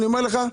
אני אומר לך,